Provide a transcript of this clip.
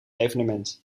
evenement